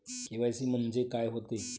KYC म्हंनजे का होते?